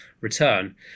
return